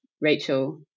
Rachel